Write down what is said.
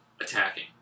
attacking